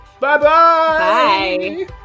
Bye-bye